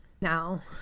Now